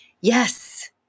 Yes